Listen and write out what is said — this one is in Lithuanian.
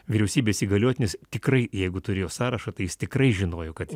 vyriausybės įgaliotinis tikrai jeigu turėjo sąrašą tai jis tikrai žinojo kad